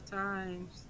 times